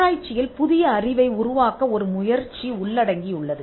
ஆராய்ச்சியில் புதிய அறிவை உருவாக்க ஒரு முயற்சி உள்ளடங்கியுள்ளது